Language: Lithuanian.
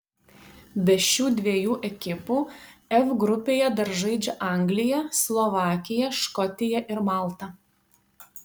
be šių dviejų ekipų f grupėje dar žaidžia anglija slovakija škotija ir malta